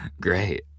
Great